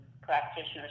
practitioners